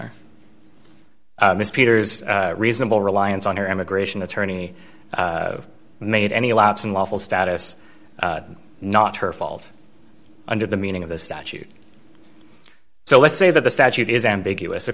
honor miss peters reasonable reliance on her immigration attorney made any lapse in lawful status not her fault under the meaning of the statute so let's say that the statute is ambiguous the